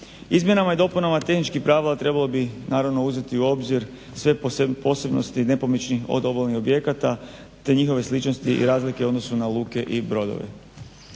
Izmjenama i dopunama tehničkih pravila, trebalo bi naravno uzeti u obzir sve posebnosti nepomičnih od obalnih objekata te njihove sličnosti i razlike u odnosu na luke i brodove.